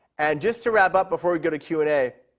and just to wrap up before we go to q and a,